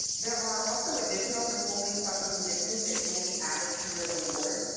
there are also additional withholding special conditions that can be added to your award.